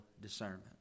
discernment